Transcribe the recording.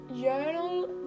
Journal